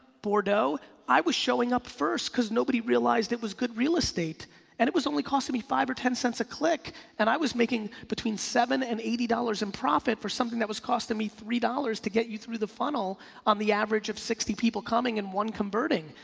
bor deut, i was showing up first cause nobody realized it was good real estate and it was only costing me five or ten cents a click and i was making between seven and eighty dollars in profit for something that was costing me three dollars to get you through the funnel on the average of sixty people coming and one converting.